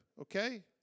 okay